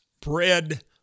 bread